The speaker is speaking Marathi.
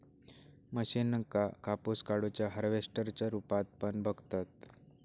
मशीनका कापूस काढुच्या हार्वेस्टर च्या रुपात पण बघतत